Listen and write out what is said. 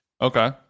okay